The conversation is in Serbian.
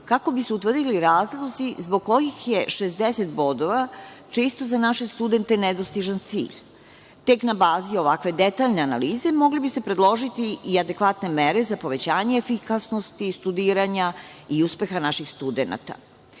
kako bi se utvrdili razlozi zbog kojih je 60 bodova često za naše studente nedostižan cilj. Tek na bazi ovakve detaljne analize, mogli bi se predložiti i adekvatne mere za povećanje efikasnosti studiranja i uspeha naših studenata.U